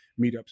meetups